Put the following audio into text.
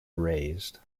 raised